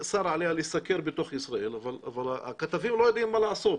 נאסר עליה לסקר בתוך ישראל אבל הכתבים לא יודעים מה לעשות,